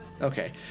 okay